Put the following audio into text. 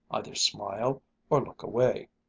either smile or look away.